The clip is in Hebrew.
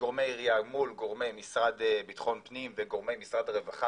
גורמי עירייה מול גורמי משרד ביטחון פנים וגורמי משרד הרווחה